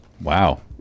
Wow